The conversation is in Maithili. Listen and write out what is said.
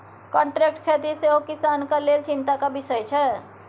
कांट्रैक्ट खेती सेहो किसानक लेल चिंताक बिषय छै